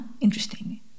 interesting